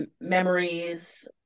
memories